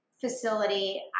facility